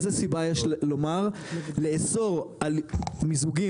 איזו סיבה יש לומר לאסור על מיזוגים